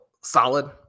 solid